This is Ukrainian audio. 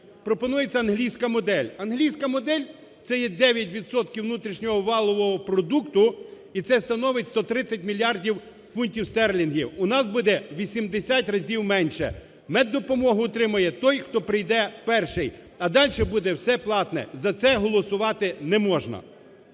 пропонується англійська модель. Англійська модель – це є 9 відсотків внутрішнього валового продукту і це становить 130 мільярдів фунтів стерлінгів. У нас буде в 80 разів менше, меддопомогу отримає той хто прийде перший, а далі буде все платне, за це голосувати не можна.